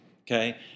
okay